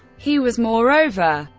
he was, moreover,